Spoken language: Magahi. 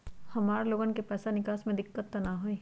हमार लोगन के पैसा निकास में दिक्कत त न होई?